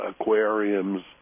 aquariums